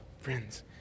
friends